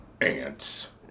...ants